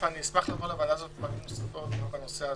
אשמח לבוא לוועדה הזאת פעמים נוספות לא בנושא הזה.